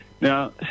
Now